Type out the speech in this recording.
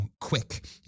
quick